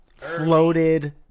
floated